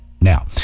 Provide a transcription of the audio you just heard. now